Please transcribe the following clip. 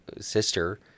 sister